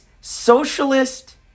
socialist